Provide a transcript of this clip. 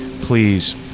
Please